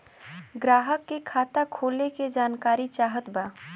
ग्राहक के खाता खोले के जानकारी चाहत बा?